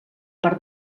part